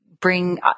bring